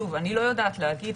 שוב, אני לא יודעת להגיד.